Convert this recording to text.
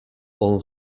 all